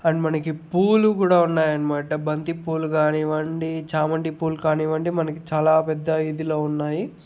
and మనకి పూలు కూడా ఉన్నాయి అనమాట బంతిపూలు కానివ్వండి చామంతి పూలు కానివ్వండి మనకి చాలా పెద్ద ఇదిలో ఉన్నాయి